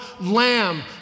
lamb